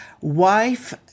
wife